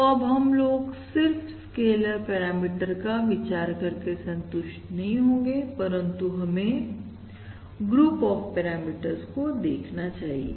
तो अब हम लोग सिर्फ स्केलर पैरामीटर का विचार करके संतुष्ट नहीं होंगे परंतु हमें ग्रुप ऑफ़ पैरामीटर्स को देखना चाहिए